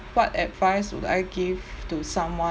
what advice would I give to someone